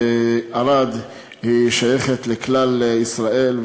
ערד שייכת לכלל ישראל,